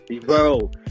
bro